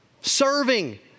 serving